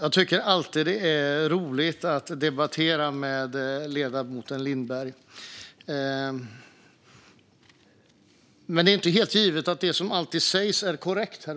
Jag tycker alltid att det är roligt att debattera med ledamoten Lindberg, men det är inte helt givet att det som sägs alltid är korrekt.